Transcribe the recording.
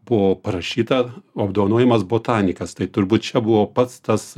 buvo parašyta apdovanojamas botanikas tai turbūt čia buvo pats tas